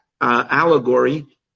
allegory